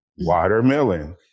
watermelon